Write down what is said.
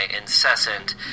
incessant